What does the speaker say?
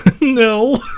no